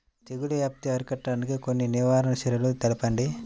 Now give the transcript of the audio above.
తెగుళ్ల వ్యాప్తి అరికట్టడానికి కొన్ని నివారణ చర్యలు తెలుపండి?